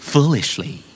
Foolishly